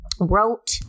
wrote